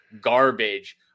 garbage